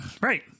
Right